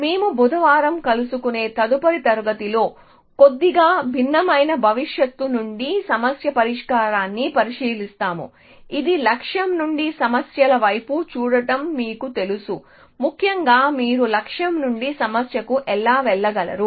మేము బుధవారం కలుసుకునే తదుపరి తరగతిలో కొద్దిగా భిన్నమైన భవిష్యత్తు నుండి సమస్య పరిష్కారాన్ని పరిశీలిస్తాము ఇది లక్ష్యం నుండి సమస్యల వైపు చూడటం మీకు తెలుసు ముఖ్యంగా మీరు లక్ష్యం నుండి సమస్యకు ఎలా వెళ్లగలరు